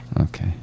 Okay